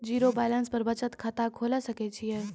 Zero balance पर बचत खाता खोले सकय छियै?